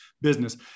business